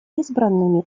избранными